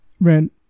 rent